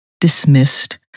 dismissed